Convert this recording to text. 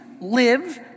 live